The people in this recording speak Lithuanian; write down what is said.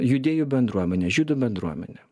judėjų bendruomenė žydų bendruomenė